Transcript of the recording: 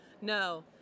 no